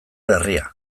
herria